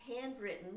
handwritten